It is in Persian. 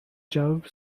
جواب